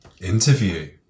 interview